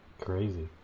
crazy